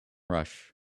rush